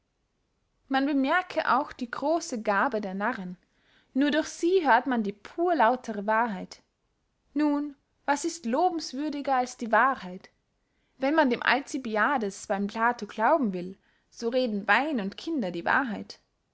man bemerke auch diese grosse gabe der narren nur durch sie hört man die pur lautere wahrheit nun was ist lobenswürdiger als die wahrheit wenn man dem alcibiades beym plato glauben will so reden wein und kinder die wahrheit